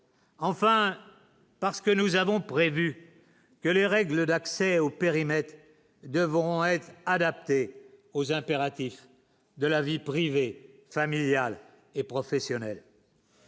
enfin parce que nous avons pourrait, vu que les règles d'accès au périmètre devront être adaptés aux impératifs de la vie privée, familiale et professionnelle.